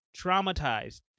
traumatized